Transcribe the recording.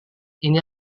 ini